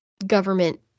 government